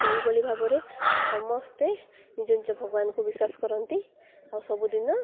ତ ଏଇଭଳି ଭାବରେ ସମସ୍ତେ ନିଜ ନିଜ ଭଗବାନଙ୍କୁ ବିଶ୍ୱାସ କରନ୍ତି ଆଉ ସବୁଦିନ